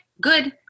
good